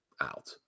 out